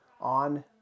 on